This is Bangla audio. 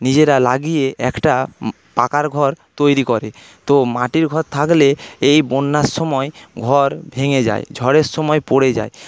নিজেরা লাগিয়ে একটা পাকা ঘর তৈরি করে তো মাটির ঘর থাকলে এই বন্যার সময়ে ঘর ভেঙে যায় ঝড়ের সময়ে পড়ে যায়